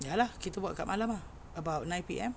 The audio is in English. ya lah kita buat kat malam ah about nine P_M